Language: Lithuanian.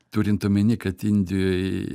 turint omeny kad indijoj